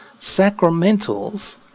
sacramentals